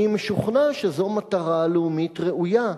אני משוכנע שזו מטרה לאומית ראויה,